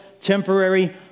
temporary